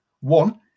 One